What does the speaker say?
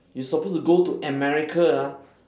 you supposes to go to america ah